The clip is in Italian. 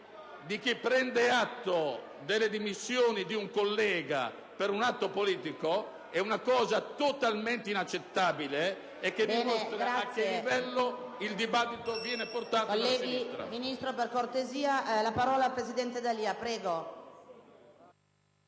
di chi prende atto delle dimissioni di un collega per un atto politico è totalmente inaccettabile e dimostra a quale livello il dibattito viene portato dalla sinistra.